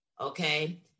Okay